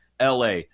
LA